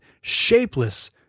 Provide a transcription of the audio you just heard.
shapeless